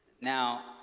Now